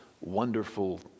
wonderful